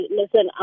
listen